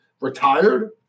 retired